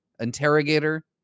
interrogator